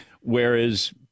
Whereas